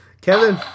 Kevin